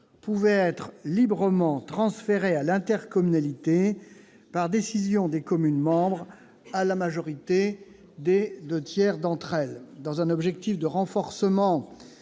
pouvait être librement transférée à l'intercommunalité par décision des communes membres, à la majorité des deux tiers. Dans un objectif de renforcement